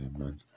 Amen